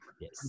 Yes